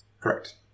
Correct